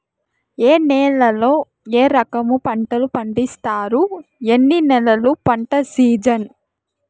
ఏ నేలల్లో ఏ రకము పంటలు పండిస్తారు, ఎన్ని నెలలు పంట సిజన్?